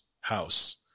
house